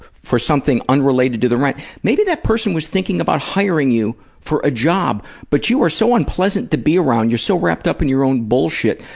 for something unrelated to the rent, maybe that person is thinking about hiring you for a job, but you are so unpleasant to be around, you're so wrapped up in your own bullshit,